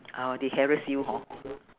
orh they harrass you hor